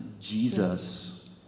Jesus